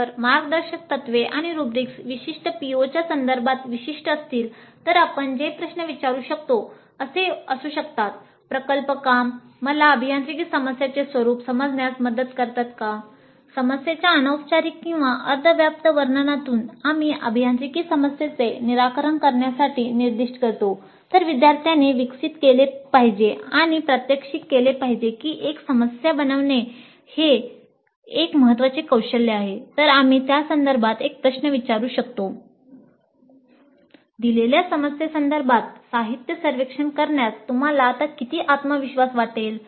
जर मार्गदर्शक तत्त्वे आणि रुब्रिक्स विशिष्ट PO च्या संदर्भात विशिष्ट असतील तर आपण जे प्रश्न विचारू शकतो "दिलेल्या समस्येसंदर्भात साहित्य सर्वेक्षण करण्यात तुम्हाला आता किती आत्मविश्वास वाटेल